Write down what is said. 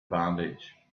bandage